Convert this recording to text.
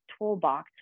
toolbox